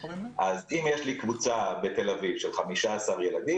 אם יש לי קבוצה בתל אביב של 15 ילדים,